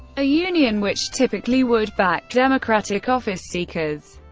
a union which typically would back democratic office seekers.